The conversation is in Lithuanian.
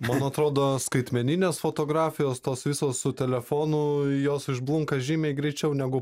man atrodo skaitmeninės fotografijos tos visos su telefonu jos išblunka žymiai greičiau negu